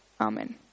Amen